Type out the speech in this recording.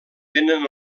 tenen